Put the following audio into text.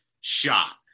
shot